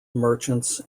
merchants